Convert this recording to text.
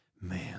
man